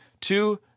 two